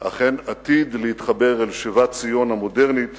אכן עתיד להתחבר אל שיבת ציון המודרנית